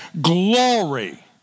glory